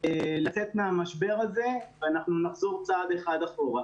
אני מלווה את הדיונים של הוועדה הזו לאורך השנים באופן שוטף.